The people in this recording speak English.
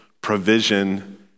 provision